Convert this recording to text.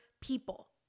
people